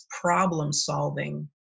problem-solving